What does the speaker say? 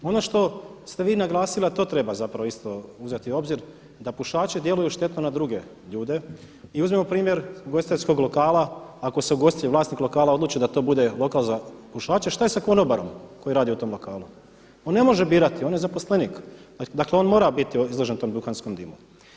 Ono što ste vi naglasili, a to treba isto uzeti u obzir, da pušači djeluju štetno na druge ljude i uzmimo primjer ugostiteljskog lokala ako se ugostitelj vlasnik lokala odluči da to bude lokal za pušače, šta je sa konobarom koji radi u tom lokalu, on ne može birati, on je zaposlenik, dakle on mora biti izložen tom duhanskom dimu.